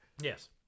Yes